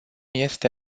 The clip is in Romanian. este